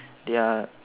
they are